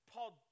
Paul